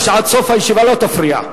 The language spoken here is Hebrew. בתנאי שתבטיח שעד סוף הישיבה לא תפריע.